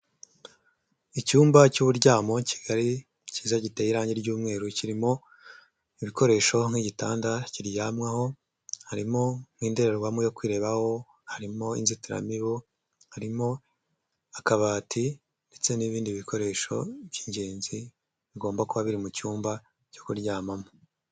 Icyumba cy'uburyamo cyigari cyiza giteye irangi ry'umweru, kirimo ibikoresho: nk'igitanda kiryamwaho, harimo n'indorerwamo yo kwirebaho, harimo inzitiramibu, harimo akabati ndetse n'ibindi bikoresho by'ingenzi bigomba kuba biri mu cyumba cyo kuryamamo.